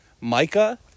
Micah